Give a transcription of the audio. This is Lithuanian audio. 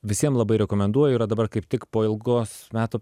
visiem labai rekomenduoju yra dabar kaip tik po ilgos metų